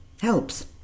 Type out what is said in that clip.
helps